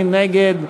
מי נגד?